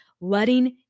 letting